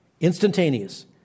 instantaneous